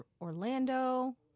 Orlando